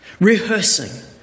Rehearsing